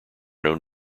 known